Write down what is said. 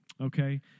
okay